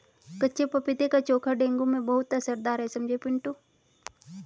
कच्चे पपीते का चोखा डेंगू में बहुत असरदार है समझे पिंटू